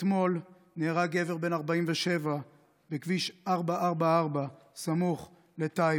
אתמול נהרג גבר בן 47 בכביש 444 סמוך לטייבה,